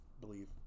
believe